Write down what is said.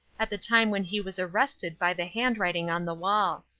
at the time when he was arrested by the handwriting on the wall.